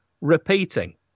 repeating